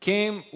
came